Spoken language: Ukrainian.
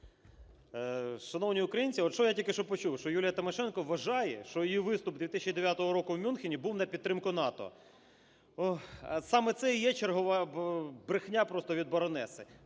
Шановні українці, от що я тільки що почув? Що Юлія Тимошенко вважає, що її виступ 2009 року в Мюнхені був на підтримку НАТО. Саме це і є чергова брехня просто від "баронеси".